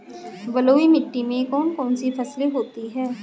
बलुई मिट्टी में कौन कौन सी फसलें होती हैं?